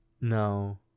No